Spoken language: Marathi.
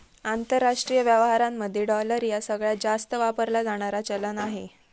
आंतरराष्ट्रीय व्यवहारांमध्ये डॉलर ह्या सगळ्यांत जास्त वापरला जाणारा चलान आहे